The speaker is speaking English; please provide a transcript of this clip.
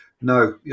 no